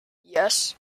yes